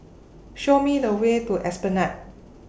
Show Me The Way to Esplanade